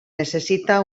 necessita